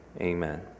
amen